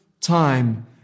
time